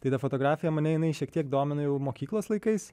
ta fotografija mane jinai šiek tiek domino jau mokyklos laikais